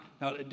Now